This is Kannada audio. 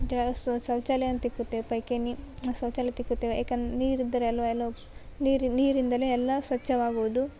ಜ ಶೌಚಾಲಯನ್ನು ತಿಕ್ಕುತ್ತೆವೆ ಪಾಯಿಖಾನೆ ಶೌಚಾಲಯ ತಿಕ್ಕುತ್ತೇವೆ ಏಕನ ನೀರು ಇದ್ದರೆ ಅಲ್ಲ ಎಲ್ಲವು ನೀರಿಂದನೆ ಎಲ್ಲ ಸ್ವಚ್ಛವಾಗುವುದು